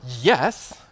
Yes